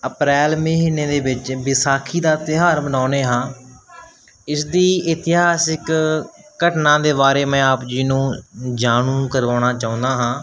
ਅਪ੍ਰੈਲ ਮਹੀਨੇ ਦੇ ਵਿੱਚ ਵਿਸਾਖੀ ਦਾ ਤਿਓਹਾਰ ਮਨਾਉਂਦੇ ਹਾਂ ਇਸਦੀ ਇਤਿਹਾਸਿਕ ਘਟਨਾ ਦੇ ਬਾਰੇ ਮੈਂ ਆਪ ਜੀ ਨੂੰ ਜਾਣੂ ਕਰਵਾਉਣਾ ਚਾਹੁੰਦਾ ਹਾਂ